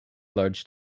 large